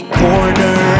corner